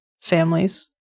families